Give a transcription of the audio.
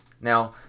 Now